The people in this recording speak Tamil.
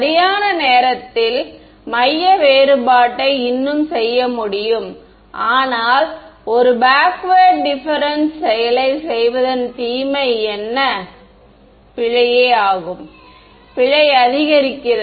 சரியான நேரத்தில் மைய வேறுபாட்டை இன்னும் செய்ய முடியும் ஆனால் ஒரு பேக்வேர்டு டிஃபரென்ஸ் செயலைச் செய்வதன் தீமை என்ன பிழை பிழை அதிகரிக்கிறது